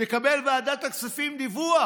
תקבל ועדת הכספים דיווח.